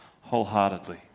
wholeheartedly